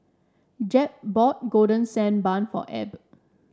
Jep bought Golden Sand Bun for Abb